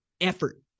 Effort